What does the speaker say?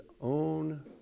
own